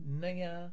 naya